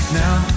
now